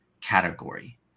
category